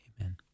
Amen